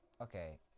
Okay